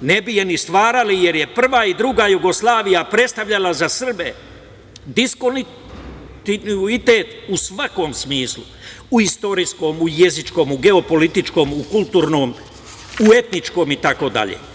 ne bi je ni stvarali, jer je prva i druga Jugoslavija predstavljala za Srbe diskontinuitet u svakom smislu, u istorijskom, u jezičkom, u geopolitičkom, u kulturnom, u etničkom itd.